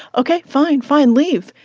ok. fine. fine. leave.